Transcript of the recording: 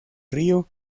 río